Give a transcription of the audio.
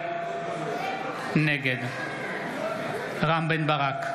נגד רם בן ברק,